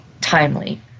timely